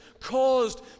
caused